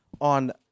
on